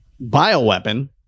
bioweapon